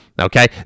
Okay